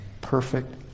perfect